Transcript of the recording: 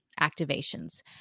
activations